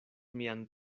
mian